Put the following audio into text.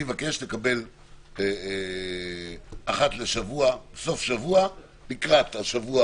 אני מבקש לקבל אחת לשבוע, בסוף השבוע לקראת השבוע